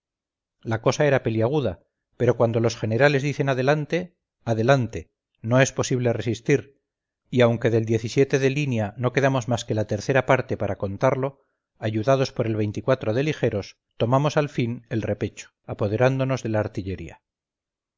la cosa era peliaguda pero cuando los generales dicen adelante adelante no es posible resistir y aunque del de línea no quedamos más que la tercera parte para contarlo ayudados por el de ligeros tomamos al fin el repecho apoderándonos de la artillería